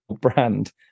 brand